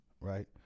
right